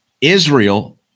Israel